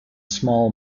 small